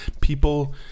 People